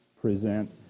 present